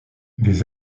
des